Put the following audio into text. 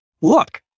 look